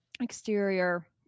exterior